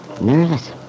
Nervous